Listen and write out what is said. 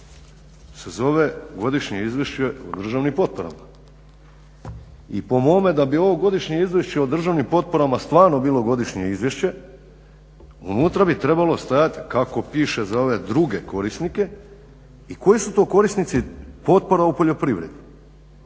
se zove Godišnje izvješće o državnim potporama. I po mome, da bi ovo Godišnje izvješće o državnim potporama stvarno bilo godišnje izvješće unutra bi trebalo stajati kako piše za ove druge korisnike i koji su to korisnici potpora u poljoprivredi.